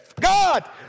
God